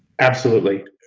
absolutely.